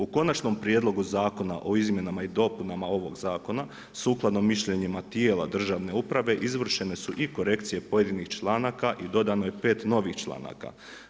U konačnom prijedlogu zakona o izmjenama i dopunama ovog zakona sukladno mišljenjima tijela državne uprave izvršene su i korekcije pojedinih članaka i dodano je pet novih članaka.